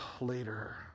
later